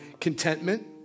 contentment